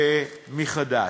מחדש.